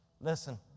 Listen